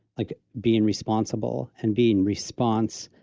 like being responsible, and being response,